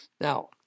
Now